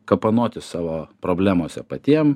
kapanotis savo problemose patiem